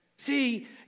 See